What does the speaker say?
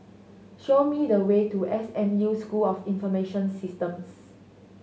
show me the way to S M U School of Information Systems